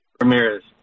Ramirez